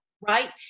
right